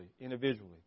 Individually